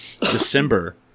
December